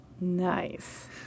nice